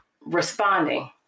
responding